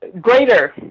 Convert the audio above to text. greater